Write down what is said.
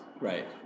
Right